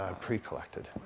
pre-collected